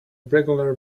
regular